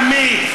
על מי?